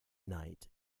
night